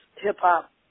hip-hop